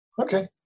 Okay